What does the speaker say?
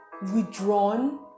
withdrawn